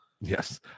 Yes